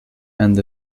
and